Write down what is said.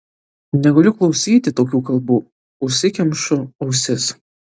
negaliu klausyti tokių kalbų užsikemšu ausis